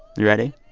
you ready?